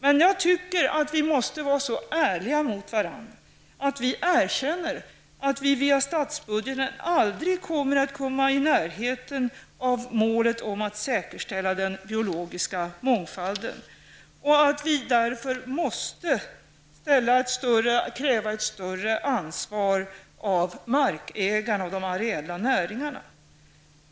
Jag tycker emellertid att vi måste vara så ärliga mot varandra att vi erkänner att vi via statsbudgeten aldrig kommer att komma i närheten av målet om att säkerställa den biologiska mångfalden och att vi därför måste kräva ett större ansvar av markägarna och de areella näringarna.